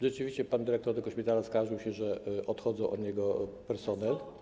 Rzeczywiście pan dyrektor tego szpitala skarżył się, że odchodzi od niego personel.